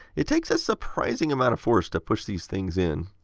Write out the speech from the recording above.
it takes a surprising amount of force to push these things in.